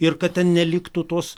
ir kad ten neliktų tos